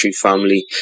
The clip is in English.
family